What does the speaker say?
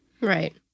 Right